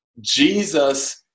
Jesus